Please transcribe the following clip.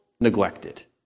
neglected